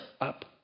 up